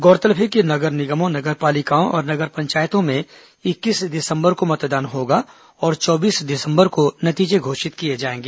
गौरतलब है कि नगर निगमों नगर पालिकाओं और नगर पंचायतों में इक्कीस दिसंबर को मतदान होगा और चौबीस दिसंबर को नतीजे घोषित किए जाएंगे